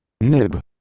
Nib